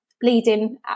bleeding